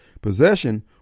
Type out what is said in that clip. possession